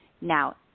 now